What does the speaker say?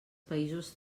països